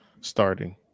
starting